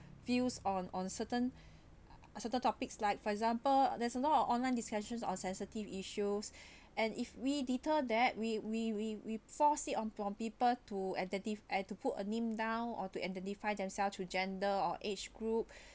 views on on certain certain topics like for example there's a lot of online discussions on sensitive issues and if we deter that we we we we force it on people to identify and to put a name down or to identify themselves to gender or age group